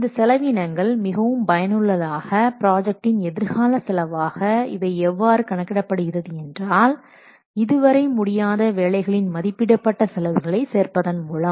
இந்த செலவீனங்கள் மிகவும் பயனுள்ளதாக ப்ராஜெக்ட்டின் எதிர்கால செலவாக இவை எவ்வாறு கணக்கிடப்படுகிறது என்றால் இதுவரை முடியாத வேலைகளின் மதிப்பிடப்பட்ட செலவுகளை சேர்ப்பதன் மூலம்